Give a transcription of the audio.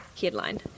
headline